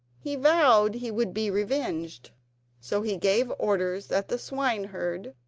he vowed he would be revenged so he gave orders that the swineherd,